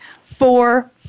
four